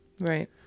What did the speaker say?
Right